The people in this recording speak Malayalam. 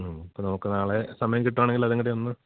മ്മ് നമുക്ക് നാളെ സമയം കിട്ടുകയാണെങ്കിൽ അതുംകൂടി ഒന്ന്